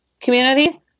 community